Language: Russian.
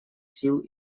сил